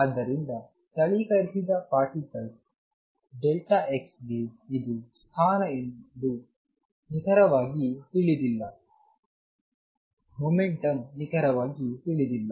ಆದ್ದರಿಂದ ಸ್ಥಳೀಕರಿಸಿದ particle delta x ಗೆ ಇದು ಸ್ಥಾನ ಎಂದು ನಿಖರವಾಗಿ ತಿಳಿದಿಲ್ಲ ಮೊಮೆಂಟಂ ನಿಖರವಾಗಿ ತಿಳಿದಿಲ್ಲ